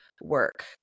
work